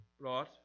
brought